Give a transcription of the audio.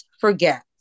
forget